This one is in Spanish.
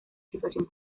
situación